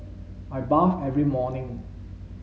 I bath every morning